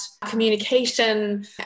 communication